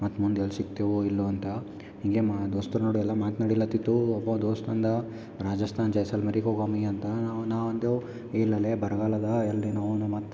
ಮತ್ತು ಮುಂದೆ ಎಲ್ಲ ಸಿಕ್ತೆವೋ ಇಲ್ಲೋ ಅಂತ ಹಿಂಗೆ ಮಾ ದೋಸ್ರ್ ನಡುವೆಲ್ಲ ಮಾತ್ನಡಿಲತಿತ್ತೂ ಒಬ್ಬ ದೋಸ್ತ ಅಂದ ರಾಜಸ್ತಾನಿ ಜೈಸಲ್ ಮರಿ ಹೋಗಮ್ಮಿ ಅಂತ ನಾವು ನಾವು ಅಂದೆವು ಇಲ್ಲಲೇ ಬರಗಾಲದ ಎಲ್ಲಿ ಅವನು ಮತ್ತು